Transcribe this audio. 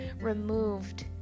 removed